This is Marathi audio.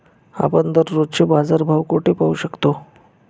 आपण दररोजचे बाजारभाव कोठे पाहू शकतो?